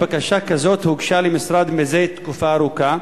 אף-על-פי שבקשה כזאת הוגשה למשרד לפני תקופה ארוכה?